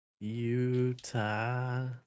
Utah